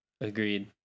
Agreed